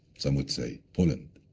some would say, poland,